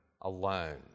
alone